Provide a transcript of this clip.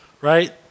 right